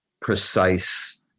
precise